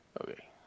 Okay